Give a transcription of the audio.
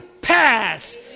pass